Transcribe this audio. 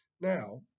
Now